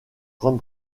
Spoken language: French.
grande